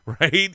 right